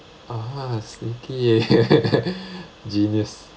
(uh huh) sneaky genius